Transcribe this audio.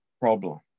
problem